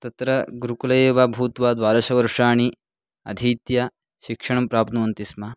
तत्र गुरुकुले एव भूत्वा द्वादश वर्षाणि अधीत्य शिक्षणं प्राप्नुवन्ति स्म